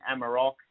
Amarok